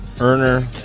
earner